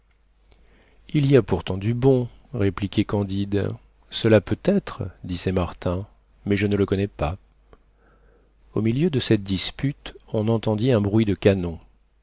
il y a pourtant du bon répliquait candide cela peut être disait martin mais je ne le connais pas au milieu de cette dispute on entendit un bruit de canon